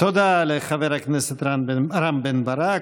תודה לחבר הכנסת רם בן ברק.